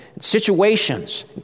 situations